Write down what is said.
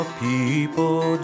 people